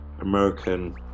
American